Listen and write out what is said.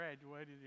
graduated